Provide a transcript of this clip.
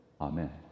Amen